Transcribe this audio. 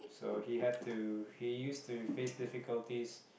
so he had to he used to face difficulties